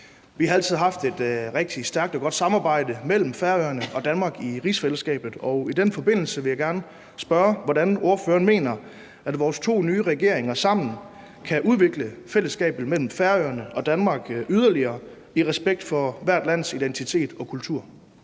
Vi har altid haft et rigtig stærkt og godt samarbejde mellem Færøerne og Danmark i rigsfællesskabet, og i den forbindelse vil jeg gerne spørge, hvordan ordføreren mener at vores to nye regeringer sammen kan udvikle fællesskabet mellem Færøerne og Danmark yderligere i respekt for hvert lands identitet og kultur.